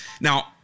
Now